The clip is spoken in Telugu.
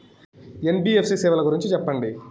ఎన్.బి.ఎఫ్.సి సేవల గురించి సెప్పండి?